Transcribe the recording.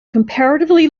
comparatively